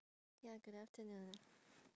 ya good afternoon